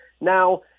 Now